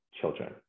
children